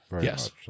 Yes